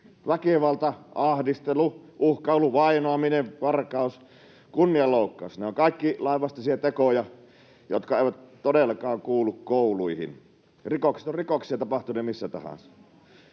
Väkivalta, ahdistelu, uhkailu, vainoaminen, varkaus, kunnianloukkaus — ne ovat kaikki lainvastaisia tekoja, jotka eivät todellakaan kuulu kouluihin. Rikokset ovat rikoksia, tapahtuivat ne missä tahansa.